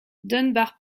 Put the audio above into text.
dunbar